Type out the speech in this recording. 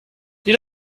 you